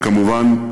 וכמובן,